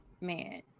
man